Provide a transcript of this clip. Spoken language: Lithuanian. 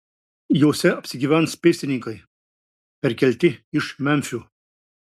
jose apsigyvens pėstininkai perkelti iš memfio